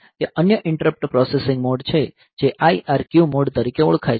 ત્યાં અન્ય interrupt processing mode છે જે IRQ મોડ તરીકે ઓળખાય છે